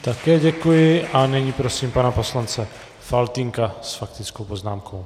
Také děkuji a nyní prosím pana poslance Faltýnka s faktickou poznámkou.